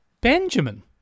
Benjamin